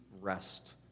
rest